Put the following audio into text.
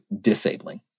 disabling